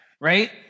right